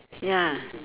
ya